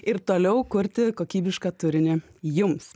ir toliau kurti kokybišką turinį jums